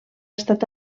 estat